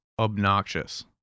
obnoxious